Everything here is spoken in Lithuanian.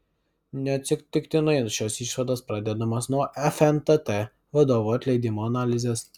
neatsitiktinai šios išvados pradedamos nuo fntt vadovų atleidimo analizės